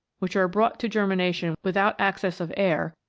which are brought to germination without access of air,